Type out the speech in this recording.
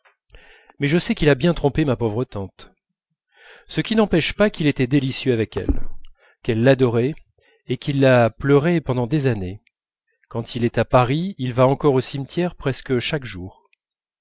mais je sais qu'il a bien trompé ma pauvre tante ce qui n'empêche pas qu'il était délicieux avec elle qu'elle l'adorait et qu'il l'a pleurée pendant des années quand il est à paris il va encore au cimetière presque chaque jour